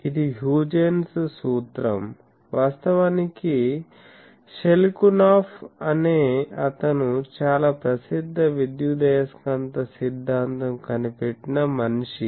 ఇది హ్యూజెన్స్ సూత్రం వాస్తవానికి షెల్కునాఫ్ అనే అతను చాలా ప్రసిద్ధ విద్యుదయస్కాంత సిద్ధాంతం కనిపెట్టిన మనిషి